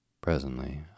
presently